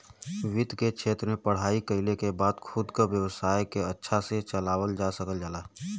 वित्त के क्षेत्र में पढ़ाई कइले के बाद खुद क व्यवसाय के अच्छा से चलावल जा सकल जाला